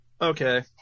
Okay